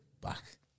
back